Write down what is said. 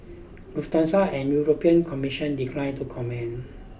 Lufthansa and the European Commission declined to comment